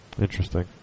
Interesting